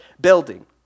building